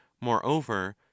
moreover